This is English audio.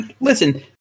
Listen